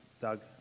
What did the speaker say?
Doug